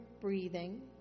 breathing